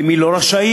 למי לא רשאים.